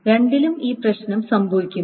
രണ്ടിലും ഈ പ്രശ്നം സംഭവിക്കുന്നു